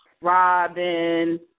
Robin